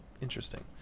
interesting